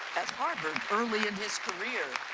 at harvard early in his career,